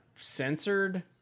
Censored